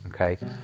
okay